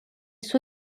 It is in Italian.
suo